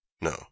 No